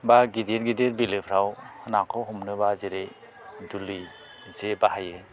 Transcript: बा गिदिर गिदिर बिलोफ्राव नाखौ हमनोबा जेरै दुलि जे बाहायो